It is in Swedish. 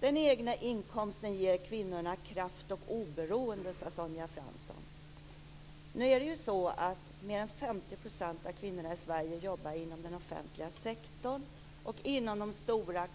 Den egna inkomsten ger kvinnorna kraft och oberoende, sade Sonja Fransson. Nu är det ju så att mer än 50 % av kvinnorna i Sverige jobbar inom den offentliga sektorn, och inom de stora